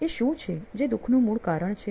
એ શું છે જે દુખનું મૂળ કારણ છે